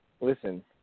listen